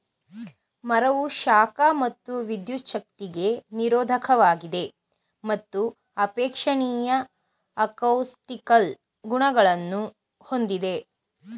ಮರವು ಶಾಖ ಮತ್ತು ವಿದ್ಯುಚ್ಛಕ್ತಿಗೆ ನಿರೋಧಕವಾಗಿದೆ ಮತ್ತು ಅಪೇಕ್ಷಣೀಯ ಅಕೌಸ್ಟಿಕಲ್ ಗುಣಲಕ್ಷಣಗಳನ್ನು ಹೊಂದಿದೆ